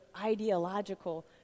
ideological